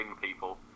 people